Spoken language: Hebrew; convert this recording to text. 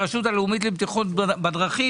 הרשות הלאומית לבטיחות בדרכים.